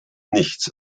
nichts